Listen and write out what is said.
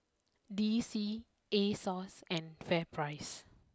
D C Asos and FairPrice